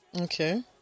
Okay